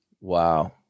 Wow